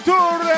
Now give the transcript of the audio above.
Tour